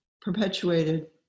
perpetuated